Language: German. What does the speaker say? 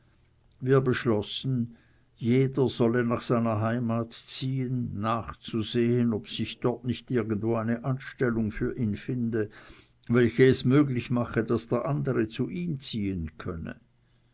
wir beschlossen jeder solle nach seiner heimat ziehen nachzusehen ob sich dort nicht irgendwo eine anstellung für ihn finde welche es möglich mache daß der andere zu ihm ziehen könnte